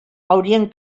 haurien